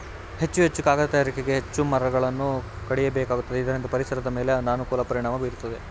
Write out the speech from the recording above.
ಹೆಚ್ಚು ಹೆಚ್ಚು ಕಾಗದ ತಯಾರಿಕೆಗೆ ಹೆಚ್ಚು ಮರಗಳನ್ನು ಕಡಿಯಬೇಕಾಗುತ್ತದೆ ಇದರಿಂದ ಪರಿಸರದ ಮೇಲೆ ಅನಾನುಕೂಲ ಪರಿಣಾಮ ಬೀರುತ್ತಿದೆ